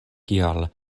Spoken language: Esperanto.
kial